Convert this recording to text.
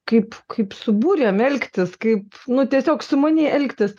kaip kaip su burėm elgtis kaip nu tiesiog sumaniai elgtis